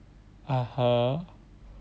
(uh huh)